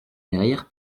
derrière